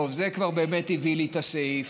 טוב, זה כבר באמת הביא לי את הסעיף.